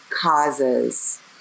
causes